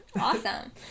Awesome